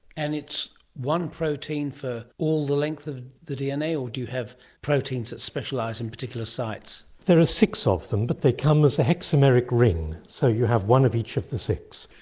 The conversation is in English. and its one protein for all the length of the dna, or do you have proteins that specialise in particular sites? there are six of them but they come as a hexameric ring, so you have one of each of the six.